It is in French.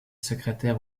secrétaire